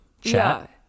chat